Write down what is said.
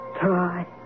Try